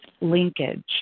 linkage